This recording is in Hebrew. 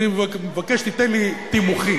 אני מבקש שתיתן לי תימוכין,